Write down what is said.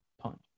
punch